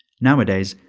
nowadays,